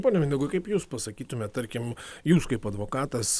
pone mindaugui kaip jūs pasakytumėt tarkim jūs kaip advokatas